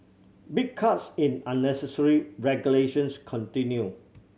big cuts in unnecessary regulations continue